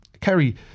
Kerry